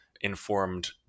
informed